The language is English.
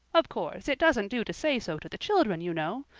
of course, it doesn't do to say so to the children, you know.